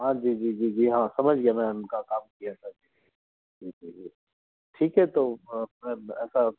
हाँ जी जी जी जी हाँ समझ गया मैं उनका काम किया था जी ठीक है तो ऐसा